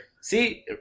See